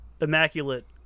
immaculate